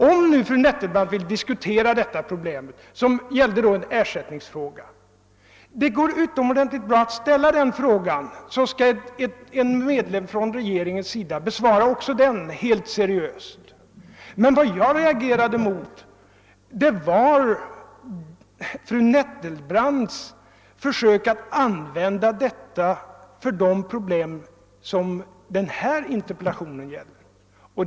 Om fru Nettelbrandt vill diskutera den saken, som är ett ersättningsproblem, så går det utomordentligt bra att komma med en fråga om det; någon medlem av regeringen skall då besvara den helt seriöst. Vad jag reagerade mot var fru Nettelbrandts försök att med exemplet belysa de förhållanden som dagens interpellation gäller.